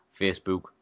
Facebook